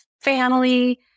family